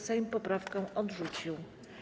Sejm poprawkę odrzucił.